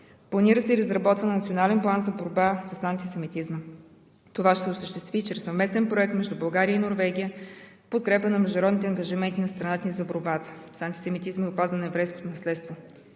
Планира се и разработване на национален план за борба с антисемитизма. Това ще се осъществи чрез съвместен проект между България и Норвегия в подкрепа на международните ангажименти на страната ни за борбата с антисемитизма и опазване на еврейското наследство.